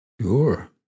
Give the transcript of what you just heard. Sure